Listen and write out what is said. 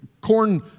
Corn